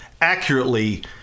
accurately